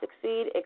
succeed